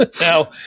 Now